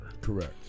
Correct